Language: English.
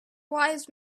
wise